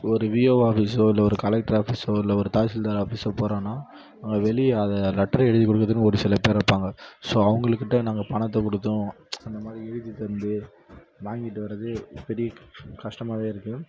ஒரு விஏஓ ஆஃபீஸோ இல்லை ஒரு கலெக்டர் ஆஃபீஸோ இல்லை ஒரு தாசில்தார் ஆஃபீஸோ போறோனா அங்கே வெளியே அதை லெட்டர் எழுதி கொடுக்கறதுக்குன்னு ஒரு சில பேர் இருப்பாங்க ஸோ அவங்களுக்கிட்ட நாங்கள் பணத்தை கொடுத்தும் அந்தமாதிரி எழுதி தந்து வாங்கிட்டு வர்றது பெரிய கஷ்டமாகவே இருக்கும்